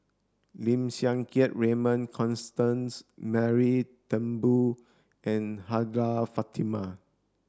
Lim Siang Keat Raymond Constance Mary Turnbull and Hajjah Fatimah